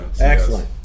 Excellent